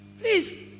please